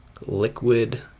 Liquid